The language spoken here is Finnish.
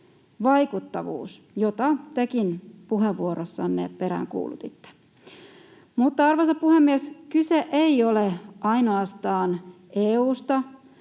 vaikuttavuus, jota tekin puheenvuorossanne peräänkuulutitte. Mutta, arvoisa puhemies, kyse ei ole ainoastaan EU:sta,